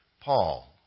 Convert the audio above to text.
Paul